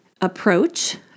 approach